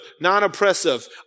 non-oppressive